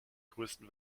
größten